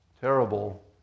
terrible